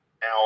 now